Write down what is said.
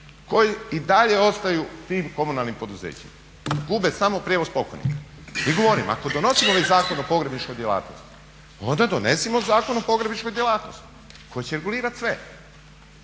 koji i dalje ostaju tim komunalnim poduzećima. Gube samo prijevoz pokojnika. I govorim, ako donosimo već Zakon o pogrebničkoj djelatnosti onda donesimo Zakon o pogrebničkoj djelatnosti koji će regulirat sve,